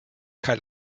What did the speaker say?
kaj